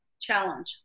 challenge